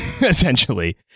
essentially